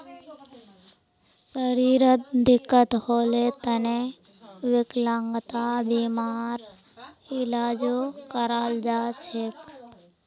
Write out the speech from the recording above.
शरीरत दिक्कत होल तने विकलांगता बीमार इलाजो कराल जा छेक